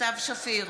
סתיו שפיר,